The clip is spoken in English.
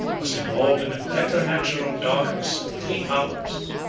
was involved in a preternatural darkness of three hours.